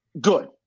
good